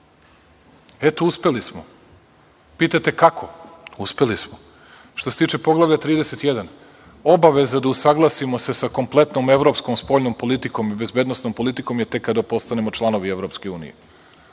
Eto, uspeli smo. Pitate kako, uspeli smo. Što se tiče poglavlja 31, obaveza je da se usaglasimo sa kompletnom evropskom spoljnom politikom i bezbednosnom politikom tek kada postanemo članovi EU.